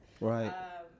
Right